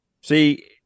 See